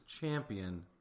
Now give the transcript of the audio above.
champion